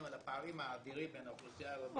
על הפערים האדירים בין האוכלוסייה הערבית